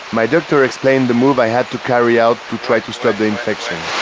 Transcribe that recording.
my doctor explained the move i had to carry out to try to stop the infection.